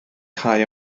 cau